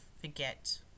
forget